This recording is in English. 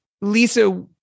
Lisa